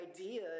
idea